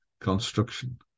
construction